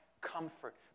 comfort